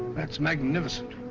that's magnificent.